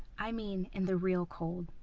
i mean in the real cold.